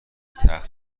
تخت